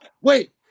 Wait